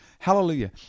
Hallelujah